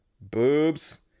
boobs